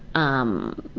um.